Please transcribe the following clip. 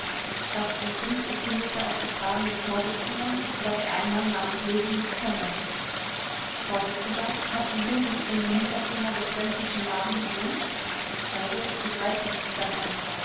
gastwirt hinz bekundete auf befragen des vorsitzenden daß er einen mann namens löwy nicht kenne vors hat ein löwy in dem hinterzimmer des gönczischen ladens gewohnt zeuge ich weiß nichts davon